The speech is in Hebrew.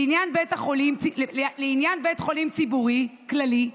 לעניין בית חולים ציבורי כללי,